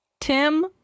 Tim